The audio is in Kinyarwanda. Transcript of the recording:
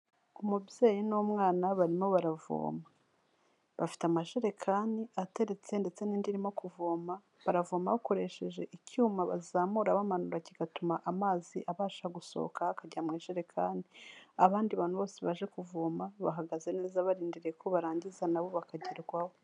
Umubyeyi n'umwana barimo baravoma, bafite amajerekani ateretse ndetse n'indi irimo kuvoma, baravoma bakoresheje icyuma bazamura bamanura kigatuma amazi abasha gusohoka akajya mu ijerekani, abandi bantu bose baje kuvoma bahagaze neza barindiriye ko barangiza na bo bakagerwaho.